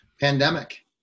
pandemic